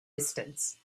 distance